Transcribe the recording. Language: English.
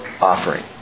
offering